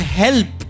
help